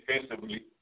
defensively